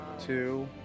Two